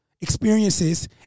experiences